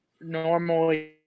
normally